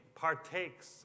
partakes